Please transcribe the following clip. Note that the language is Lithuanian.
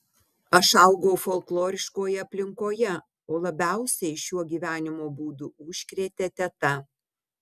aš augau folkloriškoje aplinkoje o labiausiai šiuo gyvenimo būdu užkrėtė teta